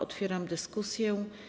Otwieram dyskusję.